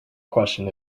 question